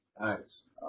nice